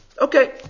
Okay